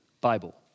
Bible